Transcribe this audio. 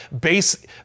base